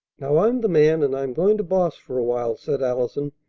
now, i'm the man, and i'm going to boss for a while, said allison.